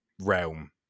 realm